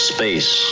Space